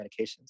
medications